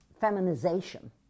feminization